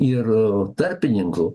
ir tarpininkų